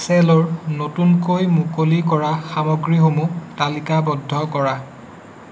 চেলোৰ নতুনকৈ মুকলি কৰা সামগ্ৰীসমূহ তালিকাবদ্ধ কৰা